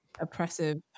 oppressive